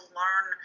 learn